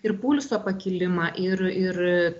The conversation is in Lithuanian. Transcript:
ir pulso pakilimą ir ir